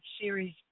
Series